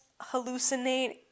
hallucinate